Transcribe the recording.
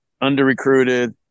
under-recruited